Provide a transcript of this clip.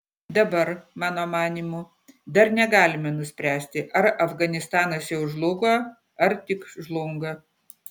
dabar mano manymu dar negalime nuspręsti ar afganistanas jau žlugo ar tik žlunga